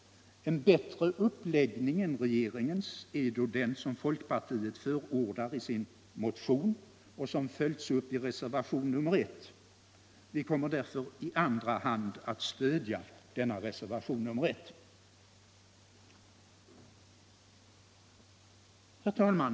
En bättre uppläggning än regeringens är då den som folkpartiet förordar i sin motion. Denna följs upp i reservationen I, och vi kommer därför i andra hand att stödja denna reservation. Herr talman!